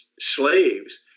slaves